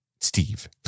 Steve